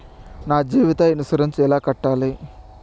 నా జీవిత ఇన్సూరెన్సు ఎలా కట్టాలి?